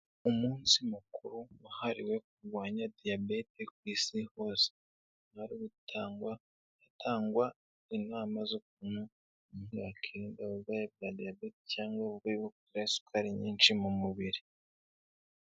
Umunsi mukuru wahariwe kurwanya diyabete ku isi hose. Ahari gutangwa, ahatangwa inama z'ukuntu mwakiranda uburwayi bwa diyabe cyangwa uburyo bu gukora isukari nyinshi mu mubiri.